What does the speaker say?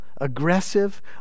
aggressive